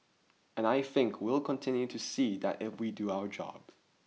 and I think we'll continue to see that if we do our job